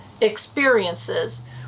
experiences